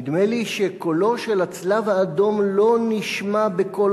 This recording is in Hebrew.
נדמה לי שקולו של הצלב-האדום לא נשמע בקול